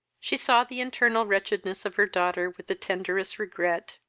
she saw the internal wretchedness of her daughter with the tenderest regret,